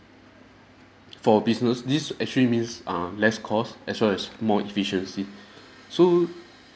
for business this actually means err less cost as well as more efficiency so